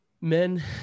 men